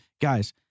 guys